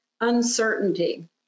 uncertainty